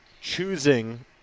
choosing